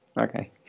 Okay